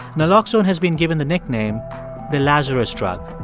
naloxone has been given the nickname the lazarus drug.